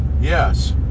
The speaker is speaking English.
Yes